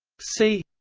c